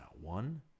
One